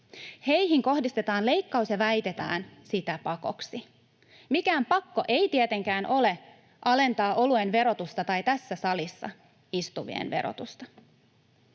Heihin kohdistetaan leikkaus ja väitetään sitä pakoksi. Mikään pakko ei tietenkään ole alentaa oluen verotusta tai tässä salissa istuvien verotusta.